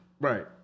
Right